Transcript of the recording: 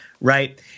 right